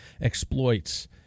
exploits